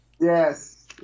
Yes